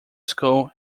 school